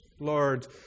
Lord